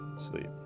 sleep